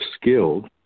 skilled